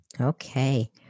Okay